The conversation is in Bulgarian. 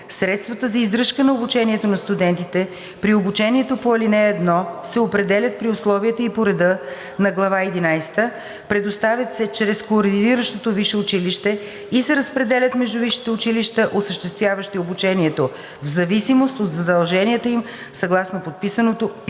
Средствата за издръжка на обучението на студентите при обучение по ал. 1 се определят при условията и по реда на глава единадесета, предоставят се чрез координиращото висше училище и се разпределят между висшите училища, осъществяващи обучението, в зависимост от задълженията им съгласно подписаното между